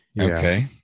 Okay